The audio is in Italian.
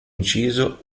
inciso